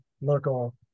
local